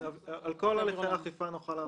על כל הליכי האכיפה נעביר לכם.